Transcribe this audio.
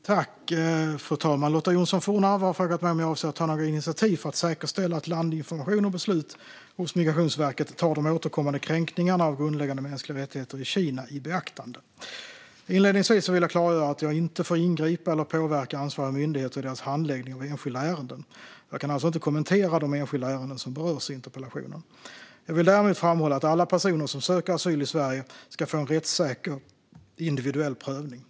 Fru talman! Lotta Johnsson Fornarve har frågat mig om jag avser att ta några initiativ för att säkerställa att landinformation och beslut hos Migrationsverket tar de återkommande kränkningarna av grundläggande mänskliga rättigheter i Kina i beaktande. Inledningsvis vill jag klargöra att jag inte får ingripa eller påverka ansvariga myndigheter i deras handläggning av enskilda ärenden. Jag kan alltså inte kommentera de enskilda ärenden som berörs i interpellationen. Jag vill däremot framhålla att alla personer som söker asyl i Sverige ska få en rättssäker individuell prövning.